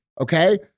Okay